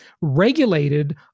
regulated